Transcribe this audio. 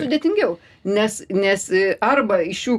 sudėtingiau nes nes arba iš jų